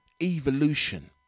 evolution